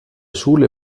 schule